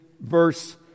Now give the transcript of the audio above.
verse